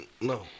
no